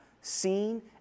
seen